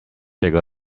jego